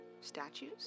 Statues